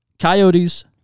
Coyotes